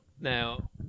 Now